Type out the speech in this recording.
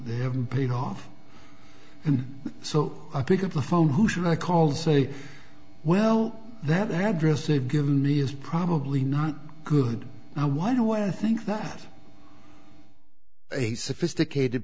they haven't paid off and so i pick up the phone who should i call say well that address they've given me is probably not good i wonder why i think that a sophisticated